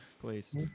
Please